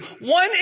One